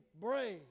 brave